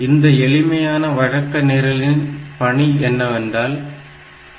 இந்த எளிமையான வழக்க நிரலின் பணி என்னவென்றால் P1